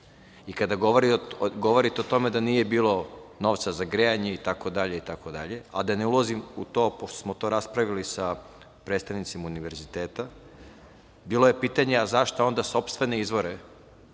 I kada govorite o tome da nije bilo novca za grejanje itd, itd, a da ne ulazim u to pošto smo to raspravili sa predstavnicima univerziteta, bilo je pitanje a za šta onda sopstvene izvore